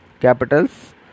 capitals